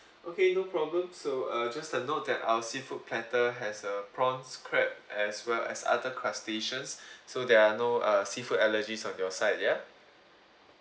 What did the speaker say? okay no problem so uh I just a note that our seafood platter has uh prawns crab as well as other crustaceans so there are no uh seafood allergies on your side ya